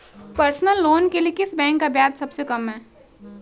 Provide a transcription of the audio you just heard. Personal loan के लिए किस बैंक का ब्याज सबसे कम है?